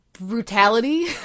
Brutality